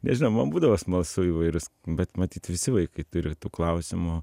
nežinau man būdavo smalsu įvairūs bet matyt visi vaikai turi tų klausimų